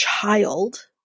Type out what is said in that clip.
child